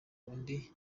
undi